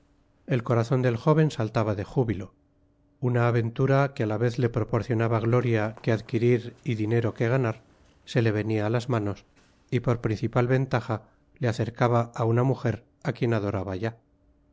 el corazon del jóven saltaba de júbilo una aventura que á la vez le proporcionaba gloria que adquirir y dinero que ganar se le venia á las manos y por principal ventaja le acercaba á una mujer á quien adoraba ya